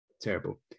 terrible